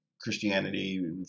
Christianity